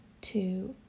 two